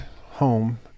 home